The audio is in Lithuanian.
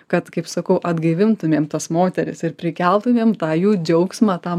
kad kaip sakau atgaivintumėm tas moteris ir prikeltumėm tą jų džiaugsmą tą